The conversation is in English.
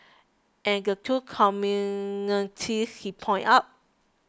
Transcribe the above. and the two commonalities he pointed out